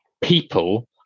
people